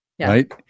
right